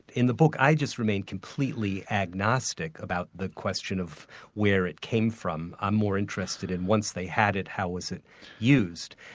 in the book i just remain completely agnostic about the question of where it came from, i'm more interested in once they had it, how was it used.